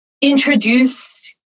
introduce